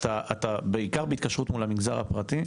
בעיקר בהתקשרות מול המגזר הפרטי,